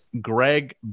greg